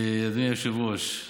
אדוני היושב-ראש,